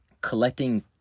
collecting